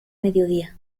mediodía